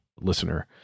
Listener